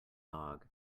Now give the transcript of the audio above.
dog